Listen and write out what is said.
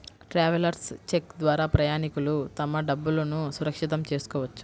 travellers cheque ద్వారా ప్రయాణికులు తమ డబ్బులును సురక్షితం చేసుకోవచ్చు